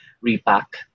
Repack